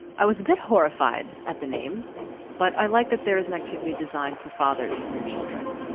i was bit horrified at the name but i like that there is an activity designed for fathers and their children.